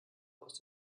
aus